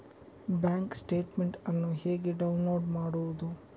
Bank statement ಅನ್ನು ಹೇಗೆ download ಮಾಡುವುದು?